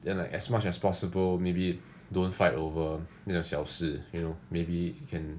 then like as much as possible maybe don't fight over 那个小事 you know maybe can